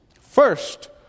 First